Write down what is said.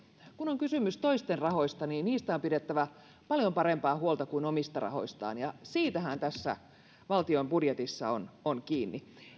kun on kysymys toisten rahoista niin niistä on pidettävä paljon parempaa huolta kuin omista rahoistaan ja siitähän tässä valtion budjetissa on on